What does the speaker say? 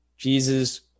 Jesus